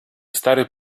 stary